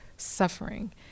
suffering